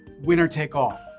winner-take-all